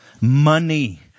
money